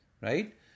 Right